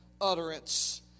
utterance